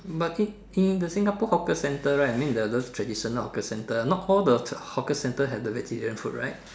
but in in the Singapore hawker centre right I mean those the traditional hawker centre not all hawker centre have the vegetarian food right